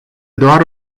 doar